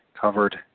Covered